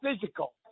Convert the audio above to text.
physical